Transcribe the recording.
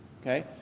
Okay